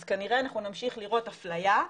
אז כנראה אנחנו נמשיך לראות אפליה,